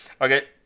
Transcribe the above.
Okay